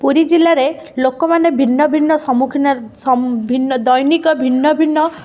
ପୁରୀ ଜିଲ୍ଲାରେ ଲୋକମାନେ ଭିନ୍ନ ଭିନ୍ନ ସମ୍ମୁଖୀନ ସମ୍ମୁ ଭିନ୍ନ ଦୈନିକ ଭିନ୍ନ ଭିନ୍ନ